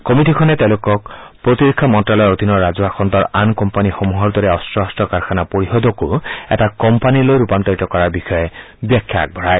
কমিটিখনে তেওঁলোকক প্ৰতিৰক্ষা মন্ত্ৰ্যালয়ৰ অধীনৰ ৰাজহুৱা খণ্ডৰ আন কোম্পানীসমূহৰ দৰে অস্ত্ৰ শস্ত্ৰ কাৰখানা পৰিযদকো এটা কোম্পানীলৈ ৰূপান্তৰিত কৰাৰ বিষয়ে ব্যাখ্যা আগবঢ়ায়